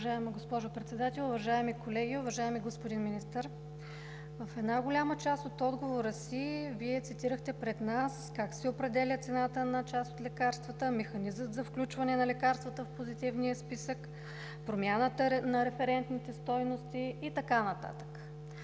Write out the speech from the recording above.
Уважаема госпожо Председател, уважаеми колеги! Уважаеми господин Министър, в голяма част от отговора си Вие цитирахте пред нас как се определя цената на част от лекарствата, механизмът за включване на лекарствата в Позитивния списък, промяната на референтните стойности и така нататък.